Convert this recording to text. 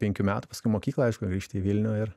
penkių metų paskui į mokyklą aišku grįžti į vilnių ir